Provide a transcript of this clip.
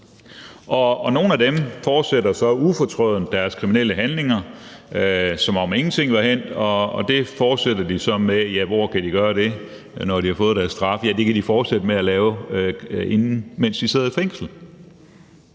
nogle af dem fortsætter så ufortrødent deres kriminelle handlinger, som om ingenting var hændt. Og det fortsætter de så med at gøre – ja, hvor kan de gøre det, når de har fået deres straf? Ja, det kan de fortsætte med at gøre, mens de sidder i fængsel.